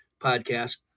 podcast